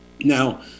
now